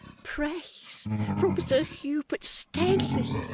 praise from sir hubert stanley!